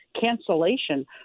cancellation